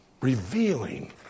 Revealing